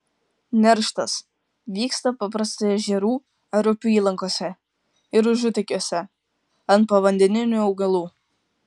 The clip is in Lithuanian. nerštas vyksta paprastai ežerų ar upių įlankose ir užutekiuose ant povandeninių augalų